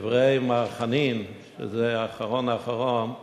על דברי מר חנין, שזה אחרון אחרון חביב,